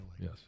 Yes